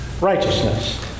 righteousness